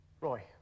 Roy